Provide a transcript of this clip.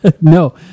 No